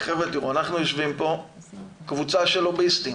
אנחנו יושבים פה קבוצה של לוביסטים,